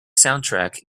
soundtrack